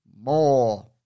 more